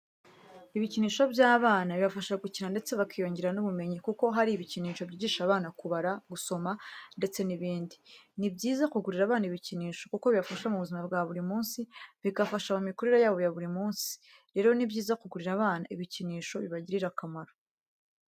Ibikinisho by'abana bibafasha gukina ndetse bakiyongera n'ubumenyi kuko hari ibikinisho byigisha abana kubara, gusoma ndetde n'ibindi. Ni byiza kugurira abana ibikinisho kuko bibafasha mu buzima bwa buri munsi, bikabafasha mu mikurire yabo ya buri munsi. Rero ni byiza kugurira abana ibikinisho bibagirira akamaro.